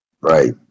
right –